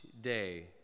day